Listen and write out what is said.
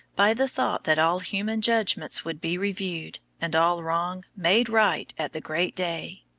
by the thought that all human judgments would be reviewed, and all wrong made right at the great day.